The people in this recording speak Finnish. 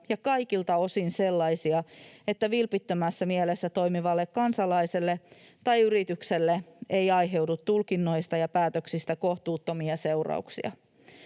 ja kaikilta osin sellaisia, että vilpittömässä mielessä toimivalle kansalaiselle tai yritykselle ei aiheudu tulkinnoista ja päätöksistä kohtuuttomia seurauksia.